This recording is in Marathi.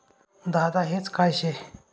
दादा हेज काय शे?